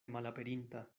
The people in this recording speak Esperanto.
malaperinta